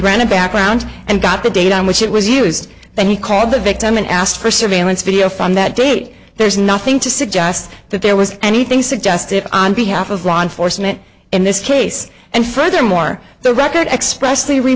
background and got the date on which it was used then he called the victim and asked for surveillance video from that date there's nothing to suggest that there was anything suggestive on behalf of law enforcement in this case and furthermore the record express